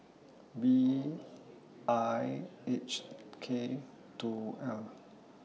B I H K two L